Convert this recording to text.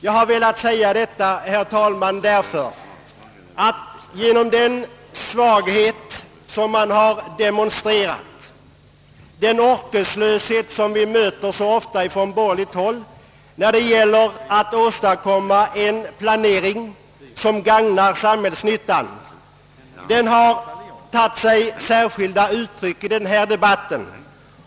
Jag har velat säga detta, herr talman, därför att den svaghet som man har demonstrerat och den orkeslöshet på borgerligt håll som vi ofta möter när det gäller att åstadkomma en planering som gagnar samhället har tagit sig särskilda uttryck i den här debatten.